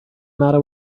matter